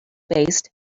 based